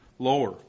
Lower